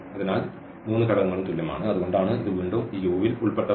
അതിനാൽ മൂന്ന് ഘടകങ്ങളും തുല്യമാണ് അതുകൊണ്ടാണ് ഇത് വീണ്ടും ഈ U യിൽ ഉൾപ്പെട്ടതാണ്